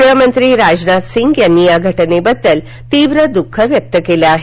गृहमंत्री राजनाथ सिंग यांनी या घटनेबद्दल तीव्र दुख व्यक्त केलं आहे